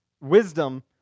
Wisdom